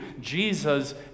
Jesus